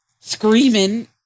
Screaming